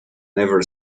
never